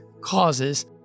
causes